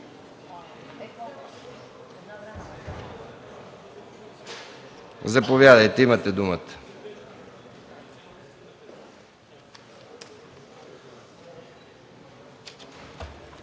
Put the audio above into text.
Заповядайте, имате думата,